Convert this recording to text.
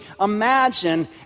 imagine